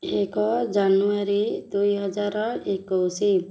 ଏକ ଜାନୁଆରୀ ଦୁଇ ହଜାର ଏକୋଇଶି